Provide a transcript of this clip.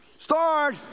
Start